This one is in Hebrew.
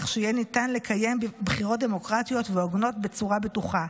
שיהיה ניתן לקיים בחירות דמוקרטיות והוגנות בצורה בטוחה.